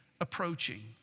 approaching